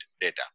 data